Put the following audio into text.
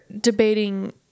debating